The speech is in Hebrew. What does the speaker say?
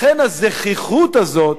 לכן הזחיחות הזאת,